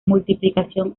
multiplicación